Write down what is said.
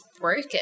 broken